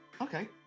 Okay